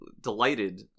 delighted